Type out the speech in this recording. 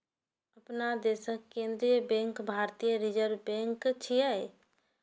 अपना देशक केंद्रीय बैंक भारतीय रिजर्व बैंक छियै